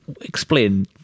explain